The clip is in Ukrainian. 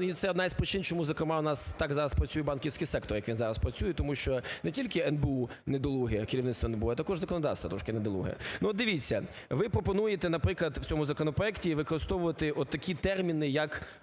І це одна із причин, чому, зокрема, у нас так зараз працює банківський сектор, як він зараз працює, тому що не тільки НБУ недолуге, керівництво НБУ, а також законодавство трошки недолуге. Ну от дивіться, ви пропонуєте, наприклад, в цьому законопроекті використовувати от такі терміни як,